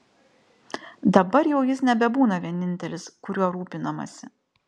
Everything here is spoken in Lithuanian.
dabar jau jis nebebūna vienintelis kuriuo rūpinamasi